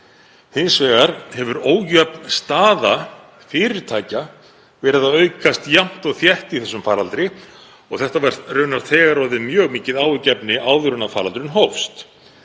Hins vegar hefur ójöfn staða fyrirtækja verið að aukast jafnt og þétt í þessum faraldri og þetta var raunar þegar orðið mjög mikið áhyggjuefni áður en faraldurinn hófst.